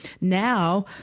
Now